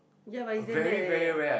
ya but it's damn bad eh